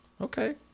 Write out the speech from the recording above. Okay